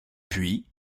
puis